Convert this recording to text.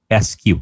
SQ